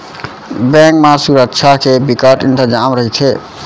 bank म सुरक्छा के बिकट इंतजाम रहिथे